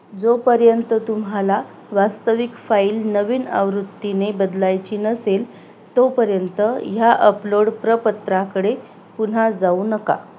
जोपर्यंत तुम्हाला वास्तविक फाईल नवीन आवृत्तीने बदलायची नसेल तोपर्यंत ह्या अपलोड प्रपत्राकडे पुन्हा जाऊ नका